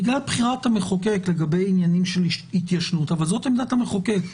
בגלל בחירת המחוקק לגבי עניינים של התיישנות זאת עמדת המחוקק,